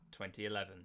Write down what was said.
2011